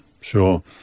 sure